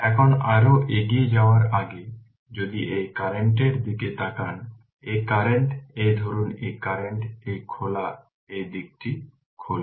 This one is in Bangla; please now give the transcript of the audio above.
এখন আরও এগিয়ে যাওয়ার আগে যদি এই কারেন্ট এর দিকে তাকান এই কারেন্ট এই ধরুন এই কারেন্ট এই খোলা এই দিকে খোলা